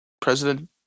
President